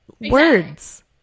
words